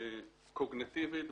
קוגניטיבית,